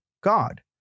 God